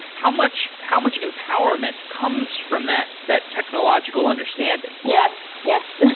how much how much empowerment comes from that that technological understanding? yes. yes.